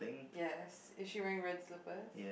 yes is she wearing red slippers